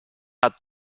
hat